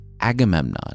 Agamemnon